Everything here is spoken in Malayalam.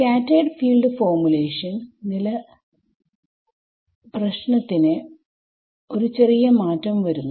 സ്കാറ്റെർഡ് ഫീൽഡ് ഫോർമുലേഷൻ നിൽ പ്രശ്നത്തിന് ഒരു ചെറിയ മാറ്റം വരുന്നു